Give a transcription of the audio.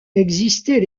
existait